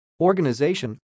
organization